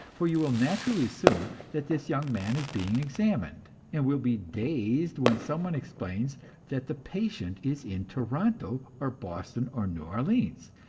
for you will naturally assume that this young man is being examined, and will be dazed when some one explains that the patient is in toronto or boston or new orleans,